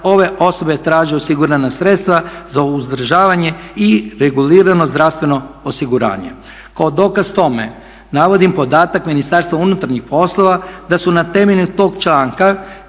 ove osobe traži osigurana sredstva za uzdržavanje i regulirano zdravstveno osiguranje. Kao dokaz tome navodim podatak MUP-a da su na temelju tog članka